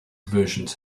versions